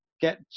get